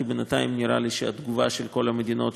כי בינתיים נראה לי שהתגובה של כל המדינות,